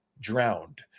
drowned